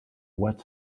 wet